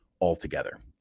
altogether